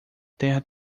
terra